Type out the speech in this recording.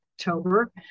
October